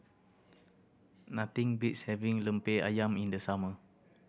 nothing beats having Lemper Ayam in the summer